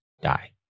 die